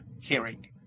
hearing